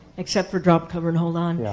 except for drop, cover, and hold on. yeah.